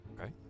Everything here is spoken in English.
Okay